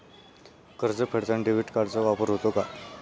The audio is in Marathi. कर्ज फेडताना डेबिट कार्डचा वापर होतो का?